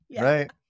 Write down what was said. right